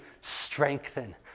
strengthen